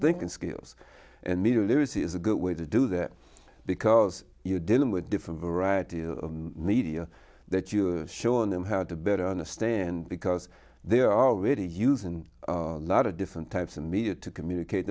thinking skills and media literacy is a good way to do that because you're dealing with a different variety of media that you're showing them how to better understand because they're already using a lot of different types of media to communicate